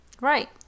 Right